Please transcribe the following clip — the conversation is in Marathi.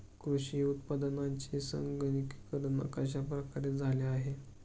कृषी उत्पादनांचे संगणकीकरण कश्या प्रकारे झाले आहे?